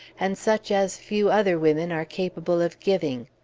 and such as few other women are capable of giving.